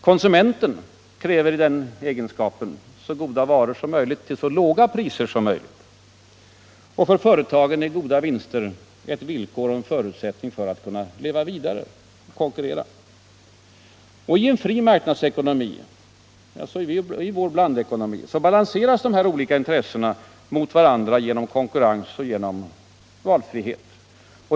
Konsumenten kräver i den egenskapen så goda varor som möjligt till så låga priser som möjligt, och för företagen är goda vinster ett villkor och en förutsättning för att kunna leva vidare, att kunna konkurrera. I en fri marknadsekonomi — och alltså i vår blandekonomi — balanseras de här olika intressena mot varandra genom konkurrens och genom valfrihet.